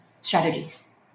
strategies